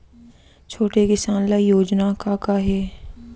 छोटे किसान ल योजना का का हे?